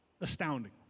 astounding